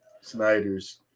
Snyder's